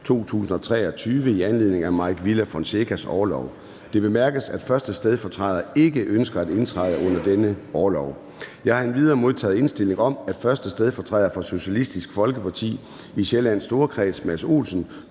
2023 i anledning af Mike Villa Fonsecas orlov. Det bemærkes, at 1. stedfortræder ikke ønsker at indtræde under denne orlov. Jeg har endvidere modtaget indstilling om, at 1. stedfortræder for Socialistisk Folkeparti i Sjællands Storkreds, Mads Olsen,